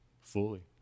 fully